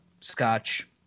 scotch